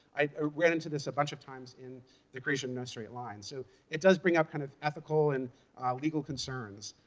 i ran into this a bunch of times in the creation of no straight lines. so it does bring up kind of ethical and legal concerns.